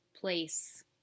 place